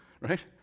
Right